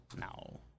No